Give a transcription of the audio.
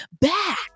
back